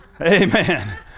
Amen